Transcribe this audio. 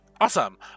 Awesome